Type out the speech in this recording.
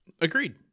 agreed